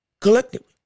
collectively